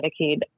Medicaid